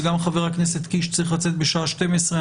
וגם חבר הכנסת קיש צריך לצאת בשעה 12:00,